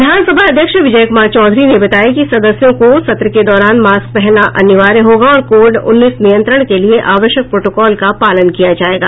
विधान सभा अध्यक्ष विजय कुमार चौधरी ने बताया कि सदस्यों को सत्र के दौरान मास्क पहनना अनिवार्य होगा और कोविड उन्नीस नियंत्रण के लिए आवश्यक प्रोटोकोल का पालन किया जायेगा